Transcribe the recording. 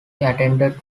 attended